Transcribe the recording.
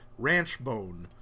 Ranchbone